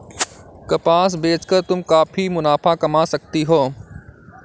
कपास बेच कर तुम काफी मुनाफा कमा सकती हो